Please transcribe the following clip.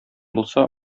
булса